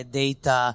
data